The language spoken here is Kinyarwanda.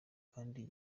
kandi